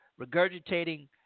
regurgitating